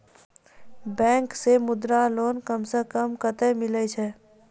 Bank से Mudra loan कम सऽ कम कतैय मिलैय छै?